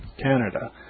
Canada